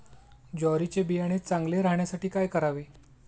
ज्वारीचे बियाणे चांगले राहण्यासाठी काय करावे?